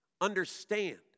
understand